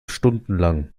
stundenlang